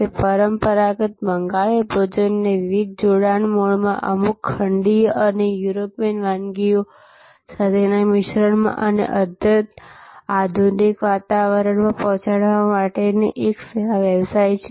તે પરંપરાગત બંગાળી ભોજનને વિવિધ જોડાણ મોડમાં અમુક ખંડીય અને યુરોપીયન વાનગીઓ સાથેના મિશ્રણમાં અને અત્યંત આધુનિક વાતાવરણમાં પહોંચાડવા માટેનો એક સેવા વ્યવસાય છે